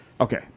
okay